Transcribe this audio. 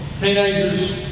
teenagers